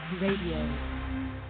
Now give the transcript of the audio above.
radio